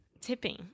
Tipping